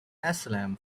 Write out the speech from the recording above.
asylum